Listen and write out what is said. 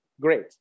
great